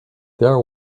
there